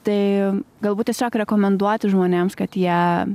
tai galbūt tiesiog rekomenduoti žmonėms kad jie